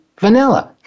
vanilla